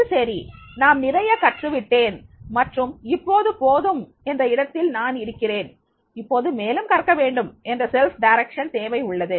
அது சரி நான் நிறைய கற்று விட்டேன் மற்றும் இப்போது போதும் என்ற இடத்தில் நான் இருக்கிறேன் இப்போது மேலும் மேலும் கற்க வேண்டும் என்ற சுய திசை தேவை உள்ளது